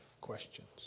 questions